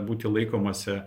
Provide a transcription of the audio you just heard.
būti laikomasi